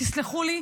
תסלחו לי,